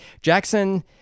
jackson